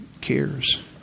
cares